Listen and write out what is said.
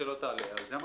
"שלא תעלה" זה המקסימום.